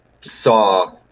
saw